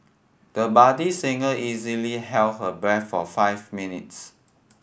the budding singer easily held her breath for five minutes